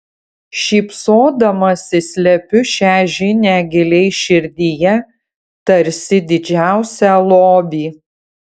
šypsodamasi slepiu šią žinią giliai širdyje tarsi didžiausią lobį